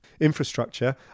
infrastructure